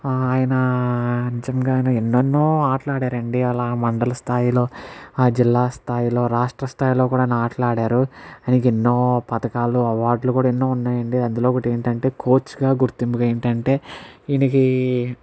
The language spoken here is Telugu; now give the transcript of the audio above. ఆయన నిజంగానే ఎన్నెనో ఆటలు ఆడారు అండి అలా మండల స్థాయిలో ఆ జిల్లాస్థాయిలో రాష్ట్రస్థాయిలో కూడా ఆయన ఆటలు ఆడారు ఆయనకి ఎన్నో పథకాలు అవార్డులు కూడా ఎన్నో ఉన్నాయి అండి అందులో ఒకటి ఏంటంటే కోచ్గా గుర్తింపు ఏంటంటే ఈయనకి